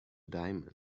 diamonds